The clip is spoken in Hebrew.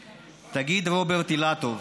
תגיד, רוברט אילטוב,